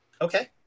Okay